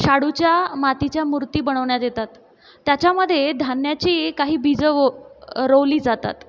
शाडूच्या मातीच्या मूर्ती बनवण्यात येतात त्याच्यामध्ये धान्याची काही बीजं वो रोवली जातात